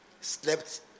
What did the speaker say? slept